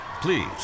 Please